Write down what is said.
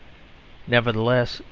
nevertheless,